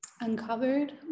uncovered